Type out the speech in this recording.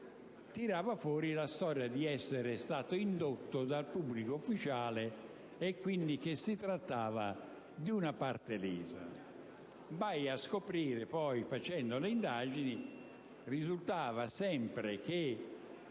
tirava fuori la storia di essere stato indotto dal pubblico ufficiale e, quindi, che si trattava di una parte lesa. Dalle indagini poi risultava sempre che